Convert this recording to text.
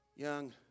young